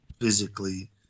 physically